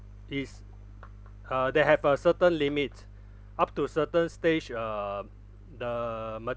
is uh they have a certain limit up to certain stage uh the